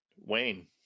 Wayne